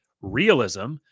Realism